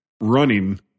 running